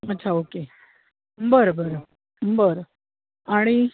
अच्छा ओक्के बर बर बर आणि